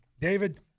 David